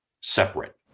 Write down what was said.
separate